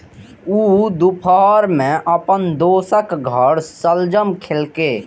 ऊ दुपहर मे अपन दोस्तक घर शलजम खेलकै